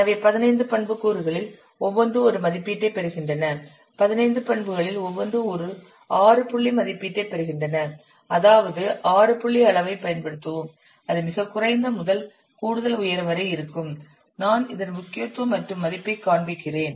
எனவே 15 பண்புக்கூறுகளில் ஒவ்வொன்றும் ஒரு மதிப்பீட்டைப் பெறுகின்றன 15 பண்புகளில் ஒவ்வொன்றும் ஒரு ஆறு புள்ளி மதிப்பீட்டை பெறுகின்றன அதாவது ஆறு புள்ளி அளவைப் பயன்படுத்துவோம் அது மிகக் குறைந்த முதல் கூடுதல் உயரம் வரை இருக்கும் நான் இதன் முக்கியத்துவம் மற்றும் மதிப்பை காண்பிக்கிறேன்